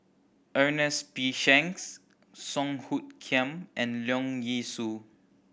Ernest P Shanks Song Hoot Kiam and Leong Yee Soo